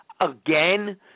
again